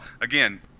again